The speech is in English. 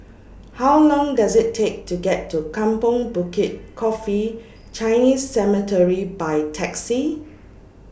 How Long Does IT Take to get to Kampong Bukit Coffee Chinese Cemetery By Taxi